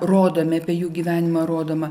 rodomi apie jų gyvenimą rodoma